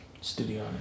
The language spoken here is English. Studio